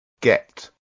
Get